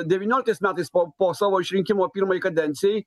devynioliktais metais po po savo išrinkimo pirmai kadencijai